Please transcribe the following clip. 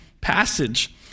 passage